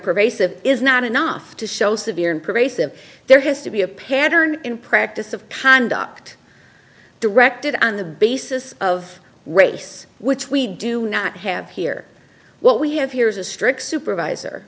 pervasive is not enough to show severe and pervasive there has to be a pattern in practice of conduct directed on the basis of race which we do not have here what we have here is a strict supervisor